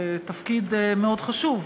זה תפקיד מאוד חשוב,